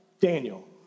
Daniel